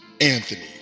Anthony